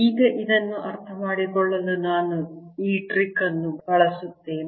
ಈಗ ಇದನ್ನು ಅರ್ಥಮಾಡಿಕೊಳ್ಳಲು ನಾನು ಈ ಟ್ರಿಕ್ ಅನ್ನು ಬಳಸುತ್ತೇನೆ